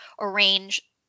arrange